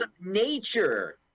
nature